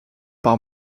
par